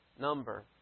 number